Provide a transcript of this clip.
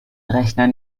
rechner